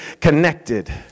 connected